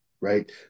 right